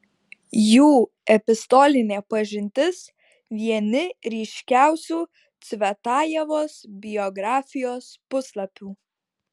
jų epistolinė pažintis vieni ryškiausių cvetajevos biografijos puslapių